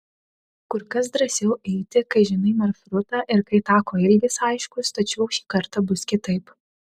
kur kas drąsiau eiti kai žinai maršrutą ir kai tako ilgis aiškus tačiau šį kartą bus kitaip